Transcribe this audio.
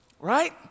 right